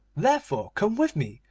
therefore come with me,